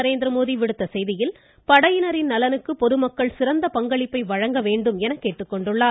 நரேந்திரமோடி விடுத்துள்ள செய்தியில் படையினரின் நலனுக்கு பொதுமக்கள் சிறந்த பங்களிப்பை வழங்க வேண்டும் என கேட்டுக்கொண்டுள்ளார்